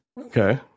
Okay